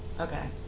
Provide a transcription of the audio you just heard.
Okay